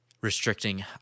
restricting